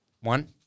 One